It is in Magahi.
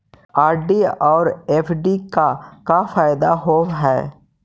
आर.डी और एफ.डी के का फायदा होव हई?